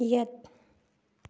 ꯌꯦꯠ